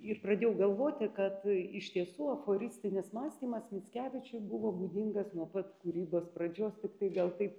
ir pradėjau galvoti kad iš tiesų aforistinis mąstymas mickevičiui buvo būdingas nuo pat kūrybos pradžios tiktai gal taip